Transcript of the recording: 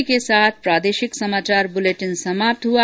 इसी के साथ प्रादेशिक समाचार बुलेटिन समाप्त हुआ